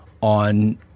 on